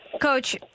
Coach